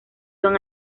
son